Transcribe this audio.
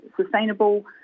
sustainable